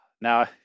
Now